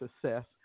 success